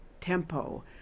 tempo